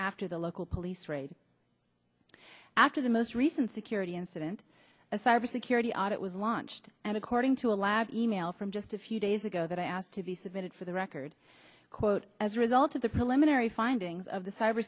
after the local police raid after the most recent security incident a cyber security audit was launched and according to a lab e mail from just a few days ago that i asked to be submitted for the record quote as a result of the preliminary findings of the cyber